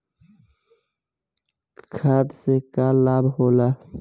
खाद्य से का लाभ होला?